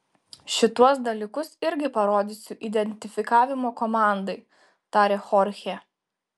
šituos dalykus irgi parodysiu identifikavimo komandai tarė chorchė